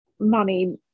money